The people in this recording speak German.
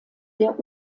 der